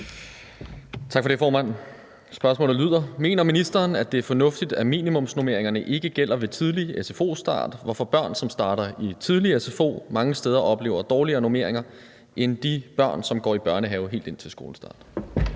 Tak for det, formand. Spørgsmålet lyder: Mener ministeren, at det er fornuftigt, at minimumsnormeringerne ikke gælder ved tidlig sfo-start, hvorfor børn, som starter i tidlig sfo, mange steder oplever dårligere normeringer end de børn, som går i børnehave indtil skolestart?